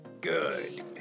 Good